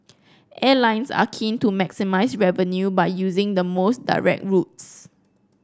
airlines are keen to maximise revenue by using the most direct routes